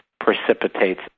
precipitates